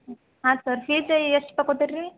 ಹ್ಞೂ ಹಾಂ ಸರ್ ಚೀಟಿ ಎಷ್ಟು ರೂಪಾಯಿ ಕೊಟ್ಟಿರ ರೀ